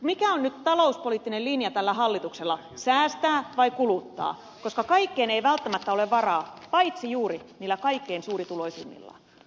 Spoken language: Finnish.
mikä on nyt talouspoliittinen linja tällä hallituksella säästää vai kuluttaa koska kaikkeen ei välttämättä ole varaa paitsi juuri niillä kaikkein suurituloisimmilla